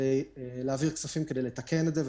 כדי להעביר כספים לתקן את זה.